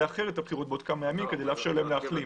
לאחר את הבחירות בעוד כמה ימים כדי לאפשר להם להחלים.